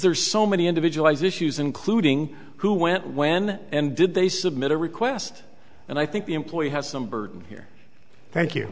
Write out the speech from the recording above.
are so many individualized issues including who went when and did they submit a request and i think the employee has some burden here thank you